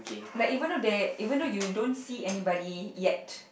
like even though there even though you don't see anybody yet